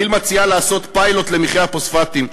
כי"ל מציעה לעשות פיילוט למכרה הפוספטים.